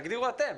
תגדירו אתם,